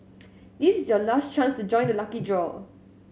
this is your last chance to join the lucky draw